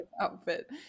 outfit